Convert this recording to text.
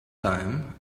time